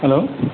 hello